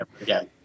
again